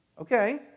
Okay